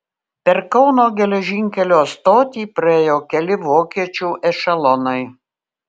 per kauno geležinkelio stotį praėjo keli vokiečių ešelonai